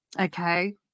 okay